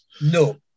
No